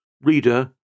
Reader